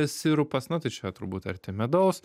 sirupas na tai čia turbūt arti medaus